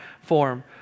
form